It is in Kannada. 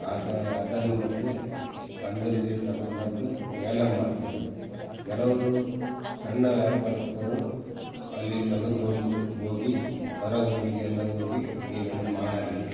ಆ ಟಾ ಅದನ್ನು ಮತ್ತೆ ಬಂದರಿಗೆ ತೊಗೊಂಡ್ಬಂದು ವೇಲಂ ಮಾಡ್ತಾರೆ ಕೆಲವರು ಸಣ್ಣ ವ್ಯಾಪಾರಸ್ಥರು ಅಲ್ಲಿ ತಗದ್ಕೊಂಡು ಹೋಗಿ ಪರ ಊರಿಗೆಲ್ಲ ಹೋಗಿ ಮೀನನ್ನು ಮಾರಿ